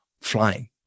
flying